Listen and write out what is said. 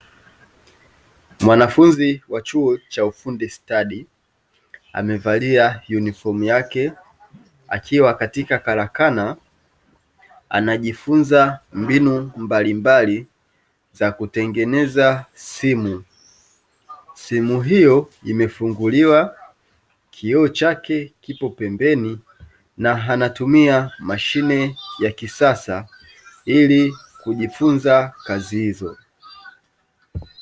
Mwanafunzi wa chuo cha ufundi stadi amevalia unifomu yake akiwa katika karakana anajifunza mbinu mbalimbali za kutengeneza simu. Simu hiyo imefunguliwa kioo chake kipo pembeni na anatumia mashine ya kisasa ili kujifunza kazi hizo.